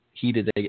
heated